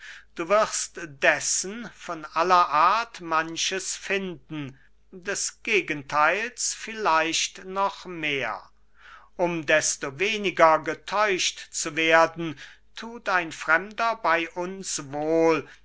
du wirst dessen von aller art manches finden des gegentheils vielleicht noch mehr um desto weniger getäuscht zu werden thut ein fremder bey uns wohl